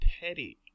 petty